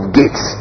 gates